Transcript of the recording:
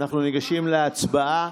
אנחנו ניגשים להצבעה.